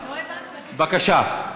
לא הבנו, בבקשה.